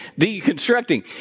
deconstructing